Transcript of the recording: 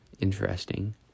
interesting